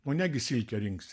o negi silkę rinksi